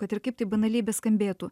kad ir kaip tai banaliai beskambėtų